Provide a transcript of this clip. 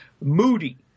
moody